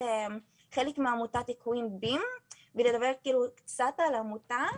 חלק מעמותת --- ולדבר כאילו קצת על העמותה.